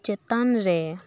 ᱪᱮᱛᱟᱱ ᱨᱮ